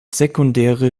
sekundäre